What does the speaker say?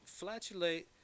flatulate